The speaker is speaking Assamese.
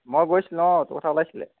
মই গৈছিলোঁ অঁ তোৰ কথা ওলাইছিলে